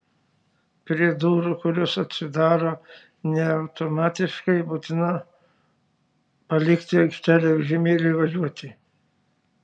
prie durų kurios atsidaro ne automatiškai būtina palikti aikštelę vežimėliui važiuoti